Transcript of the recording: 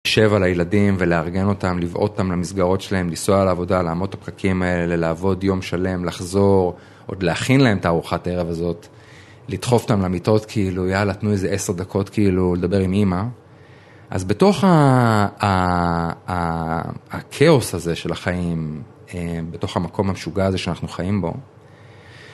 ...שב על הילדים ולארגן אותם, לבעוט אותם למסגרות שלהם, לנסוע לעבודה, לעמוד את הפקקים האלה, לעבוד יום שלם, לחזור, עוד להכין להם את הארוחת הערב הזאת, לדחוף אותם למיטות, כאילו, יאללה, תנו איזה עשר דקות, כאילו, לדבר עם אימא. אז בתוך הכאוס הזה של החיים, בתוך המקום המשוגע הזה שאנחנו חיים בו,